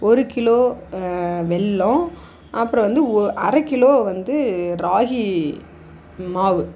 ஒரு கிலோ வெல்லம் அப்புறம் வந்து ஒ அரை கிலோ வந்து ராகி மாவு